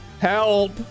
Help